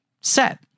set